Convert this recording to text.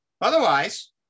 Otherwise